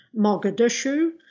Mogadishu